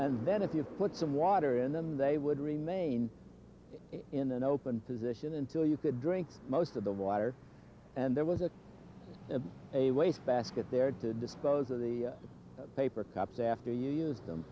and then if you put some water in them they would remain in an open position until you could drink most of the water and there was a a a wastebasket there to dispose of the paper cups after you use them